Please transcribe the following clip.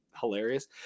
hilarious